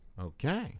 okay